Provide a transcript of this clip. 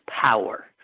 power